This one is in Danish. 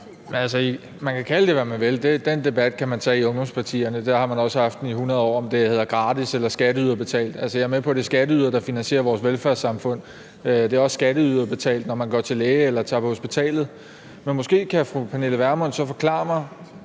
Man kan kalde det, hvad man vil – den debat kan man tage i ungdomspartierne, og der har man også haft den i 100 år, altså om det hedder gratis eller skatteyderbetalt. Jeg er med på, at det er skatteydere, der finansierer vores velfærdssamfund. Det er også skatteyderbetalt, når man går til læge eller tager på hospitalet. Men måske kan fru Pernille Vermund så forklare mig,